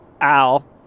al